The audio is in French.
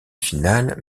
finales